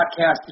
podcast